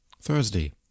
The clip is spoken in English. Thursday